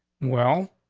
well,